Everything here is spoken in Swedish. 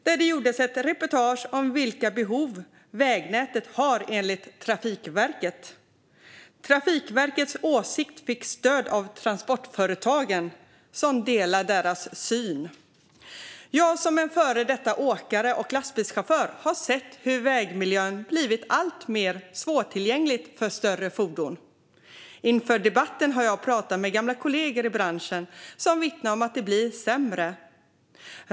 Det var ett reportage om vilka behov vägnätet har enligt Trafikverket. Trafikverkets åsikt fick stöd av Transportföretagen, som delar deras syn. Jag som är en före detta åkare och lastbilschaufför har sett hur vägmiljön blivit alltmer svårtillgänglig för större fordon. Inför debatten har jag pratat med gamla kollegor i branschen som vittnar om att det blivit sämre.